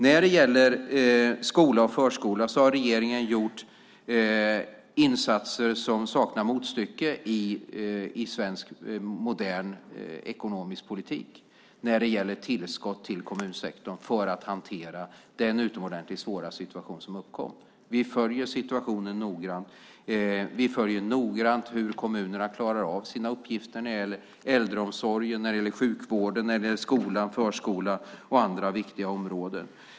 När det gäller skola och förskola har regeringen gjort insatser som saknar motstycke i svensk modern ekonomisk politik genom tillskott till kommunsektorn för att hantera den utomordentligt svåra situation som uppkom. Vi följer situationen noga. Vi följer noggrant hur kommunerna klarar av sina uppgifter när det gäller äldreomsorgen, sjukvården, skolan, förskolan och andra viktiga områden.